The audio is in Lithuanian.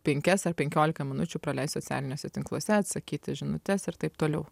penkias ar penkiolika minučių praleist socialiniuose tinkluose atsakyt į žinutes ir taip toliau